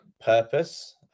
purpose